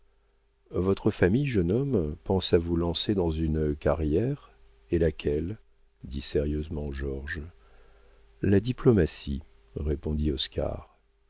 votre famille jeune homme pense à vous lancer dans une carrière et laquelle dit sérieusement georges la diplomatie répondit